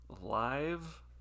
live